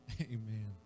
Amen